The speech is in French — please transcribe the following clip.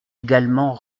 également